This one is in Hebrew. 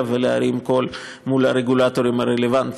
ולהרים קול מול הרגולטורים הרלוונטיים,